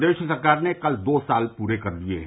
प्रदेश सरकार ने कल दो साल पूरे कर लिये हैं